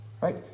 Right